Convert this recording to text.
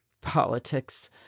politics